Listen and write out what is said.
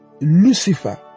lucifer